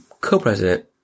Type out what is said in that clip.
co-president